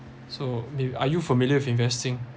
so they are you familiar with investing